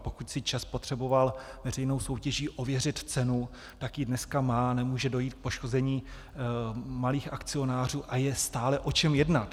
Pokud si ČEZ potřeboval veřejnou soutěží ověřit cenu, tak ji dneska má a nemůže dojít k poškození malých akcionářů a je stále o čem jednat.